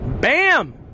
Bam